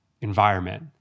environment